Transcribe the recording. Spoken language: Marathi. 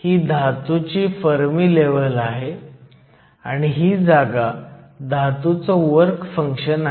तर तुम्ही फक्त संख्या जोडू शकता आणि उत्तर 0